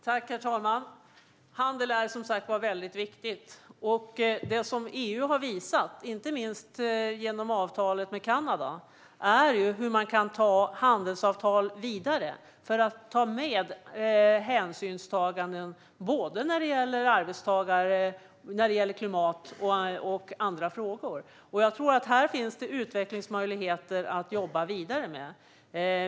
Herr talman! Handeln är, som sagt, mycket viktig. Det som EU har visat, inte minst genom avtalet med Kanada, är hur man kan ta handelsavtal vidare för att få med hänsynstaganden när det gäller arbetstagare, klimat och annat. Jag tror att det här finns utvecklingsmöjligheter att jobba vidare med.